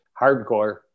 hardcore